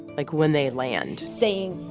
like, when they land. saying,